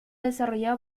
desarrollado